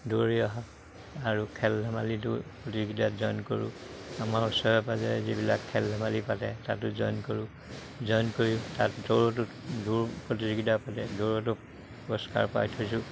দৌৰি অহা আৰু খেল ধেমালিটো প্ৰতিযোগিতাত জইন কৰোঁ আমাৰ ওচৰে পাঁজৰে যিবিলাক খেল ধেমালি পাতে তাতো জইন কৰোঁ জইন কৰি তাত দৌৰতো দৌৰ প্ৰতিযোগিতা পাতে দৌৰতো পুৰস্কাৰ পাই থৈছোঁ